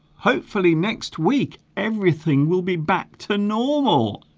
hopefully next week everything will be back to normal